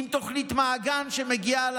עם תוכנית מעגן, שמגיעה,